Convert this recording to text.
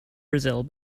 brazil